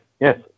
yes